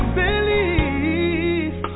believe